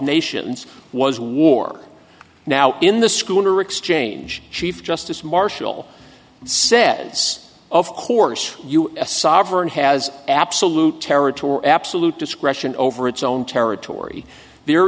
nations was war now in the schooner exchange chief justice marshall said it's of course you a sovereign has absolute territory absolute discretion over its own territory there